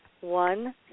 one